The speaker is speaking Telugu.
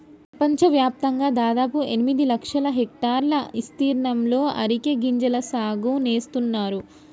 పెపంచవ్యాప్తంగా దాదాపు ఎనిమిది లక్షల హెక్టర్ల ఇస్తీర్ణంలో అరికె గింజల సాగు నేస్తున్నారు